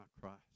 Christ